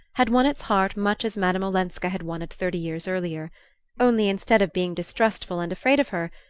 had won its heart much as madame olenska had won it thirty years earlier only instead of being distrustful and afraid of her,